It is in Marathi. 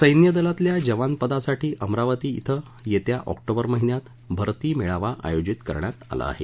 सैन्य दलातल्या जवान पदासाठी अमरावती क्षेत्या ऑक्टोबर महिन्यात भरती मेळावा आयोजित करण्यात आला आहे